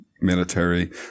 military